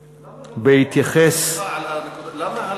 בהתייחס, למה הלוואות,